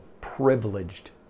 privileged